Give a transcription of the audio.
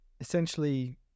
essentially